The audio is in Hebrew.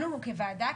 לנו כוועדה,